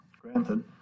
Granted